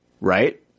Right